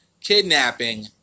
kidnapping